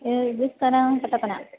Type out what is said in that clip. ഏത് സ്ഥലമാണ് കട്ടപ്പന